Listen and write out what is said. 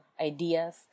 ideas